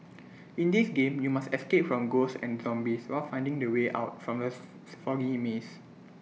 in this game you must escape from ghosts and zombies while finding the way out from the foggy maze